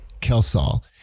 Kelsall